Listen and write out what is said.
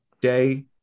day